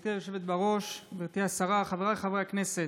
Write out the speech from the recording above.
גברתי היושבת בראש, גברתי השרה, חבריי חברי הכנסת,